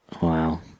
wow